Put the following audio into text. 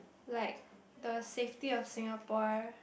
like the safety of Singapore